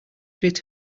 fit